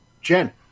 Jen